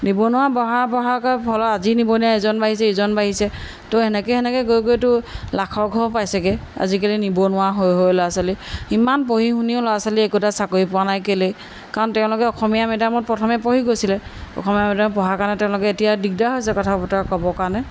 নিবনুৱা বঢ়া বঢ়াকৈ ফলত আজি নিবনুৱা এজন বাঢ়িছে ইজন বাঢ়িছে ত' তেনেকৈ তেনেকৈ গৈ গৈতো লাখৰ ঘৰ পাইছেগৈ আজিকালি নিবনুৱা হৈ হৈ ল'ৰা ছোৱালী ইমান পঢ়ি শুনিও ল'ৰা ছোৱালী একোটা চাকৰি পোৱা নাই কেলে কাৰণ তেওঁলোকে অসমীয়া মেডিয়ামত প্ৰথমে পঢ়ি গৈছিলে অসমীয়া মেডিয়ামত পঢ়াৰ কাৰণে তেওঁলোকে এতিয়া দিগদাৰ হৈছে কথা বতৰা ক'ব কাৰণে